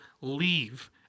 leave